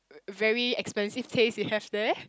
very expensive taste you have there